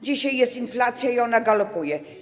Dzisiaj jest inflacja i ona galopuje.